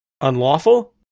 unlawful